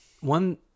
One